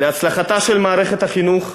להצלחתה של מערכת החינוך,